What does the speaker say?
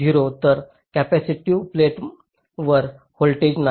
0 तर या कॅपेसिटिव्ह प्लेटवर व्होल्टेज नाही